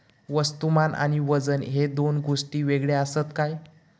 वस्तुमान आणि वजन हे दोन गोष्टी वेगळे आसत काय?